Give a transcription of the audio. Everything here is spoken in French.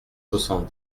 soixante